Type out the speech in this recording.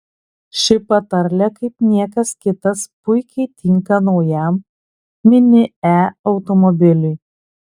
ši patarlė kaip niekas kitas puikiai tinka naujam mini e automobiliui